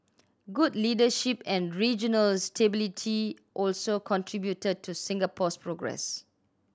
good leadership and regional stability also contributed to Singapore's progress